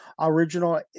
Original